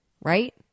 right